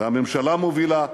זה הממשלה מובילה,